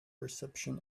reception